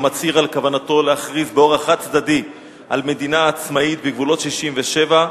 המצהיר על כוונתו להכריז באורח חד-צדדי על מדינה עצמאית בגבולות 67',